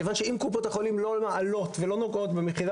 כיוון שאם קופות החולים לא מעלות ולא נוגעות במחירי